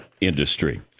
industry